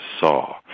saw